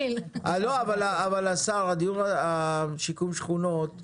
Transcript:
אדוני השר, שיקום שכונות הוא